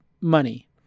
money